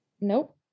Nope